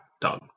done